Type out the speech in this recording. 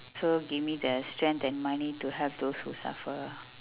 so give me the strength and money to help those who suffer